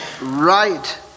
Right